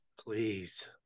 Please